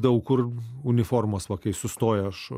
daug kur uniformos va kai sustojo š